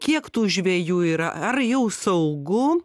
kiek tų žvejų yra ar jau saugu